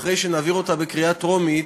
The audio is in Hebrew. אחרי שנעביר אותה בקריאה טרומית,